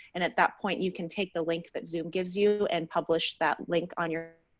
and at that point, you can take the link that zoom gives you and publish that link on your